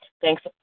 Thanks